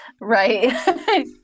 Right